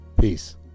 Peace